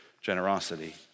generosity